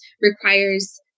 requires